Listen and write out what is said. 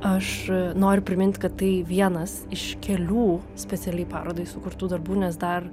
aš noriu priminti kad tai vienas iš kelių specialiai parodai sukurtų darbų nes dar